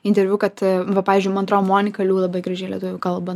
interviu kad va pavyzdžiui man atro monika liu labai gražiai lietuvių kalbą